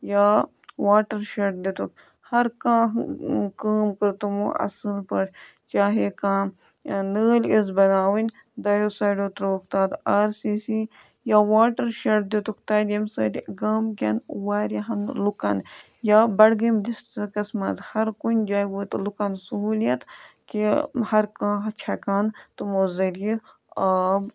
یا watershed دِتُکھ ہَر کانٛہہ کٲم کٔر تمو اَصٕل پٲٹھۍ چاہے کانٛہہ نٲلۍ ٲسۍ بَناوٕنۍ دویو سایڈو ترٲوُکھ تَتھ آر سی سی یا واٹَر شڈ دِتُکھ تَتہِ ییٚمہِ سۭتۍ گامکٮ۪ن واریاہَن لُکَن یا بڈگٲمۍ ڈِسٹرکَس منٛز ہَر کُنہِ جایہِ وٲت لُکَن سہوٗلیت کہِ ہر کانٛہہ چھَکان تمو ذٔریعہِ آب